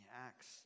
acts